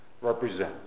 represent